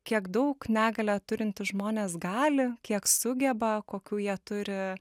kiek daug negalią turintys žmonės gali kiek sugeba kokių jie turi